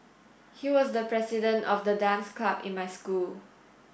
he was the president of the dance club in my school